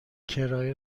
کرایه